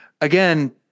again